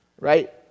Right